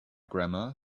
grammar